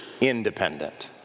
Independent